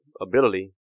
ability